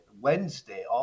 Wednesday